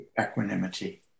equanimity